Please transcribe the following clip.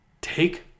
Take